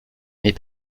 mais